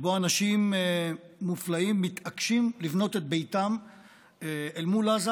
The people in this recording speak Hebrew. שבו אנשים מופלאים מתעקשים לבנות את ביתם אל מול עזה,